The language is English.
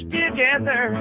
together